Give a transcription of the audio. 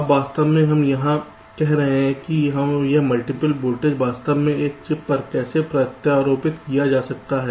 अब वास्तव में यहाँ हम कह रहे हैं कि यह मल्टीपल वोल्टेज वास्तव में एक चिप पर कैसे प्रत्यारोपित किया जा सकता है